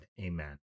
amen